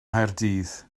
nghaerdydd